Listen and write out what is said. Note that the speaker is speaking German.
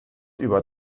über